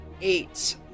Eight